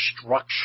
structure